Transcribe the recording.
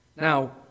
Now